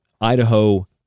Idaho